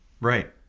Right